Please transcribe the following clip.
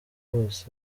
bose